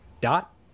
dot